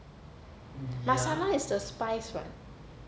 masala is the spice what